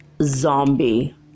zombie